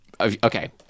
Okay